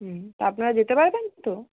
হুম আপনারা যেতে পারবেন তো